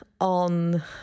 on